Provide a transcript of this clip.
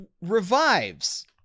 revives